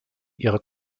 ihre